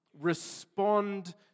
respond